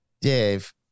Dave